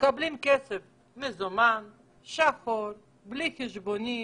ומקבלים כסף מזומן, שחור, בלי חשבונית.